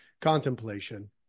contemplation